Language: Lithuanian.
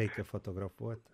reikia fotografuot